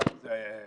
הקו הזה במקור